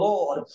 Lord